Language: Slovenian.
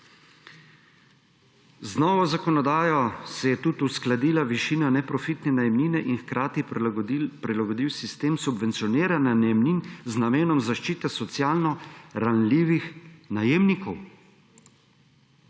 Z novo zakonodajo se je tudi uskladila višina neprofitne najemnine in hkrati prilagodil sistem subvencioniranja najemnin z namenom zaščite socialno ranljivih najemnikov.